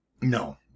No